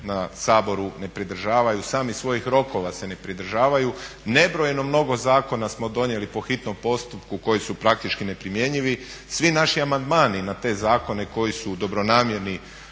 na Saboru ne pridržavaju, sami svojih rokova se ne pridržavaju, nebrojeno mnogo zakona smo donijeli po hitnom postupku koji su praktički neprimjenjivi. Svi naši amandmani na te zakone koji su dobronamjerni,